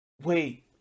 Wait